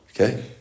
Okay